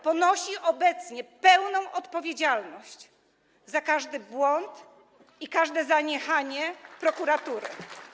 ponosi obecnie pełną odpowiedzialność za każdy błąd i każde zaniechanie prokuratury.